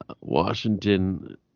Washington